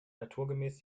naturgemäß